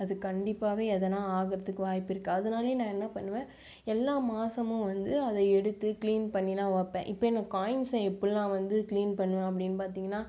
அது கண்டிப்பாகவே எதனா ஆகறதுக்கு வாய்ப்பு இருக்கு அதனாலே நான் என்ன பண்ணுவேன் எல்லா மாதமும் வந்து அதை எடுத்து க்ளீன் பண்ணிலாம் வைப்பேன் இப்போ எனக்கு காய்ன்ஸை எப்பிடில்லாம் வந்து க்ளீன் பண்ணுவேன் அப்படின்னு பார்த்தீங்கனா